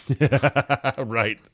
Right